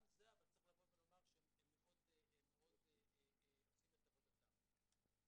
אבל גם בזה הם מאוד עושים את עבודתם.